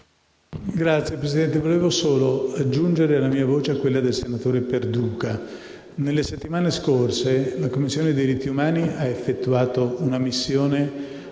Signor Presidente, vorrei aggiungere la mia voce a quella del senatore Perduca. Nelle settimane scorse la Commissione per i diritti umani ha effettuato una missione